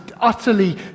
utterly